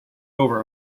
over